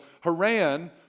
Haran